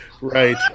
right